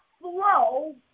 flow